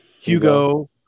Hugo